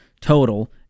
total